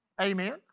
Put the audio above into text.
Amen